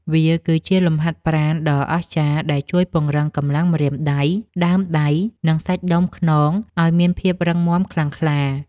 វាគឺជាលំហាត់ប្រាណដ៏អស្ចារ្យដែលជួយពង្រឹងកម្លាំងម្រាមដៃ ដើមដៃ និងសាច់ដុំខ្នងឱ្យមានភាពរឹងមាំខ្លាំងក្លា។